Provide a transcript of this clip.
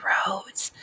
Roads